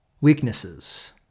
weaknesses